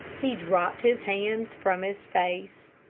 he dropped his hands from his face,